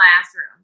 classroom